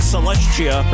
Celestia